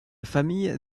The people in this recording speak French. famille